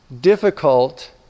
difficult